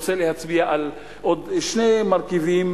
רוצה להצביע על עוד שני מרכיבים.